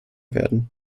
werden